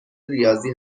ریاضی